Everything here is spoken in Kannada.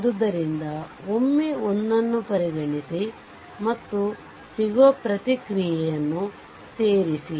ಆದ್ದರಿಂದಒಮ್ಮೆ ಒಂದನ್ನು ಪರಿಗಣಿಸಿ ಮತ್ತು ಸಿಗುವ ಪ್ರತಿಕ್ರಿಯೆ ಯನ್ನು ಸೇರಿಸಿ